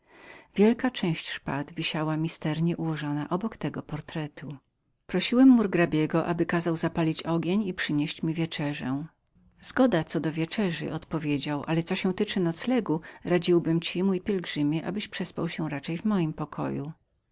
większa część szpad wisiała misternie ułożona obok tego portretu prosiłem murgrabiego aby kazał rozpalić ogień i przynieść mi wieczerzę zgoda co do wieczerzy odpowiedział ale co się tyczy noclegu radziłbym ci mój pielgrzymie abyś przespał się raczej w moim pokoju